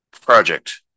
project